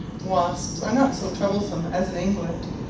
wasps are not so troublesome as in england,